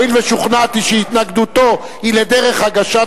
הואיל ושוכנעתי שהתנגדותו היא לדרך הגשת